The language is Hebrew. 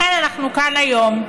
לכן אנחנו כאן היום.